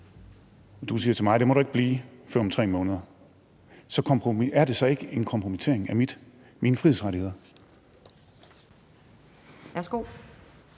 du siger til mig, at det må jeg ikke blive før om 3 måneder, er det så ikke en kompromittering af mine frihedsrettigheder?